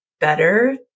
better